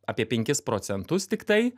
apie penkis procentus tiktai